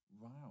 Wow